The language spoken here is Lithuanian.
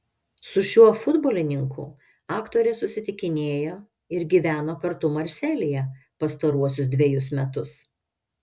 su šiuo futbolininku aktorė susitikinėjo ir gyveno kartu marselyje pastaruosius dvejus metus